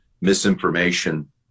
misinformation